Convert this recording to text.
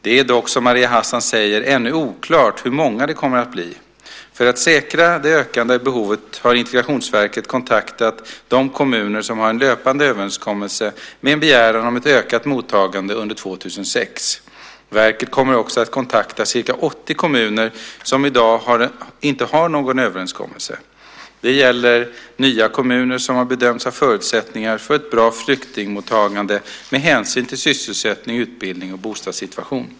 Det är dock som Maria Hassan säger ännu oklart hur många det kommer att bli. För att säkra det ökade behovet har Integrationsverket kontaktat de kommuner som har en löpande överenskommelse med en begäran om ett ökat mottagande under 2006. Verket kommer också att kontakta ca 80 kommuner som i dag inte har någon överenskommelse. Det gäller nya kommuner som har bedömts ha förutsättningar för ett bra flyktingmottagande med hänsyn till sysselsättnings-, utbildnings och bostadssituationen.